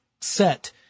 set